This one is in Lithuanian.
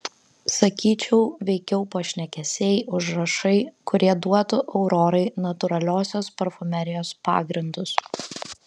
sakyčiau veikiau pašnekesiai užrašai kurie duotų aurorai natūraliosios parfumerijos pagrindus